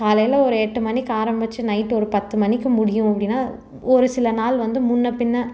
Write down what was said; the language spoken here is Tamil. காலையில் ஒரு எட்டு மணிக்கு ஆரம்பிச்சி நைட்டு ஒரு பத்து மணிக்கு முடியும் அப்படினால் ஒரு சில நாள் வந்து முன்னே பின்னே